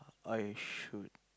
I should